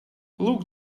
look